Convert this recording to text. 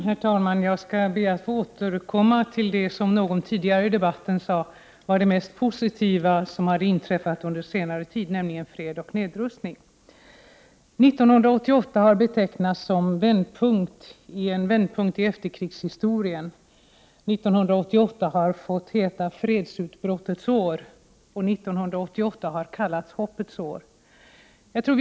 Herr talman! Jag skall be att få återkomma till det som någon tidigare i debatten sade var det mest positiva som hade inträffat under senare tid, nämligen fred och nedrustning. År 1988 har betecknats som en vändpunkt i efterkrigshistorien. 1988 har fått heta fredsutbrottets år, och 1988 har kallats hoppets år.